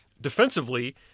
Defensively